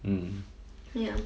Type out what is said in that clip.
mm